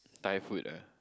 Thai food ah